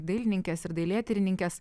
dailininkės ir dailėtyrininkės